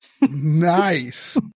Nice